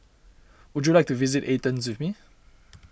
would you like to visit Athens with me